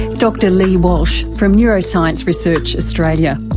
dr lee walsh, from neuroscience research australia.